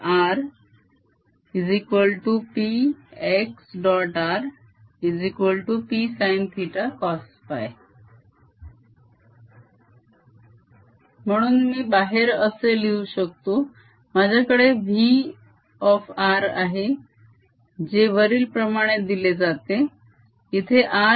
rPsinθcosϕ म्हणून मी बाहेर असे लिहू शकतो माझ्याकडे V आहे जे वरीलप्रमाणे दिले जाते